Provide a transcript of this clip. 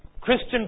Christian